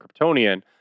Kryptonian